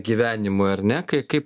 gyvenimui ar ne kai kaip